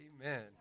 amen